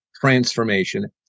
transformation